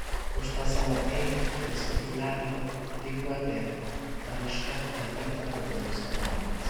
už tą savo ei ir svirduliavimą rikiuotėje taraška ne kartą buvo justo bartas